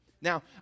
Now